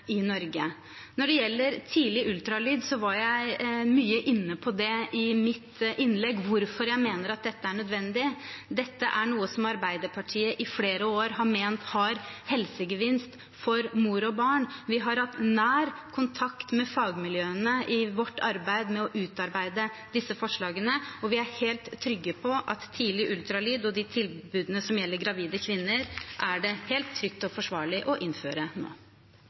i Norge. Når det gjelder tidlig ultralyd, var jeg mye inne på det i mitt innlegg – hvorfor jeg mener at det er nødvendig. Dette er noe som Arbeiderpartiet i flere år har ment har helsegevinst for mor og barn. Vi har hatt nær kontakt med fagmiljøene i vårt arbeid med å utarbeide disse forslagene, og vi er helt trygge på at tidlig ultralyd og de tilbudene som gjelder gravide kvinner, er det helt trygt og forsvarlig å innføre nå.